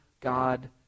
God